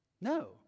No